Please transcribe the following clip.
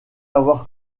avoir